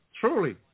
Truly